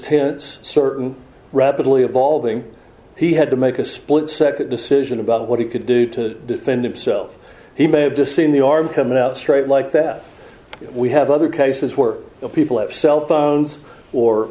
tense certain rapidly evolving he had to make a split second decision about what he could do to fend him self he may have just seen the arm coming out straight like that we have other cases were the people have cell phones or